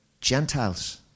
Gentiles